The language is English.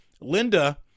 Linda